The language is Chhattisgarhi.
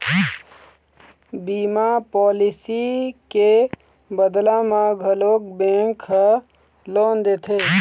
बीमा पॉलिसी के बदला म घलोक बेंक ह लोन देथे